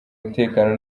umutekano